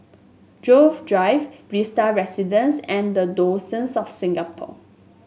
Grove Drive Vista Residences and the Diocese of Singapore